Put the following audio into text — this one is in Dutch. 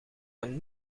een